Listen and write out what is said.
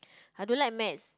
I don't like maths